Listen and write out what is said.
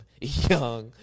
young